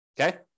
Okay